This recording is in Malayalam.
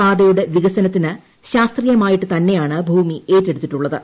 പാതയുടെ വികസനത്തിന് ശാസ്ത്രീയമായിട്ടു തന്നെയാണ് ഭൂമി ഏറ്റെടുത്തിട്ടുള്ളത്